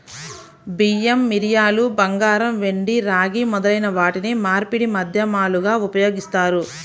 బియ్యం, మిరియాలు, బంగారం, వెండి, రాగి మొదలైన వాటిని మార్పిడి మాధ్యమాలుగా ఉపయోగిస్తారు